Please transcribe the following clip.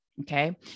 Okay